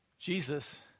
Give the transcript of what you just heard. Jesus